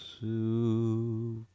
soup